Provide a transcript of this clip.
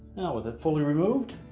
with it fully removed,